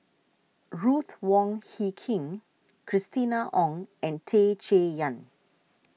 Ruth Wong Hie King Christina Ong and Tan Chay Yan